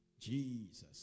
Jesus